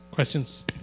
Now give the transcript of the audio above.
Questions